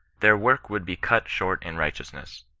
their work would be cut short in righteousness.